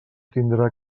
tindrà